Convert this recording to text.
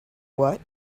what